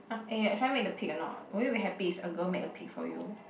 eh should I make the pig or not will you be happy if a girl make a pig for you